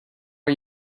are